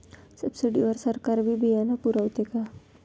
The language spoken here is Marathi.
सब्सिडी वर सरकार बी बियानं पुरवते का?